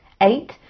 Eight